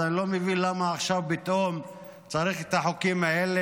אז אני לא מבין למה עכשיו פתאום צריך את החוקים האלה,